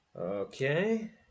Okay